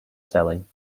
selling